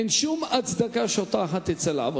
אין שום הצדקה שאותה אחת תצא לעבוד.